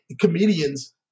comedians